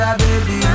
baby